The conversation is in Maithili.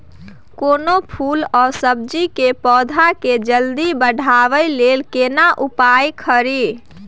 कोनो फूल आ सब्जी के पौधा के जल्दी बढ़ाबै लेल केना उपाय खरी?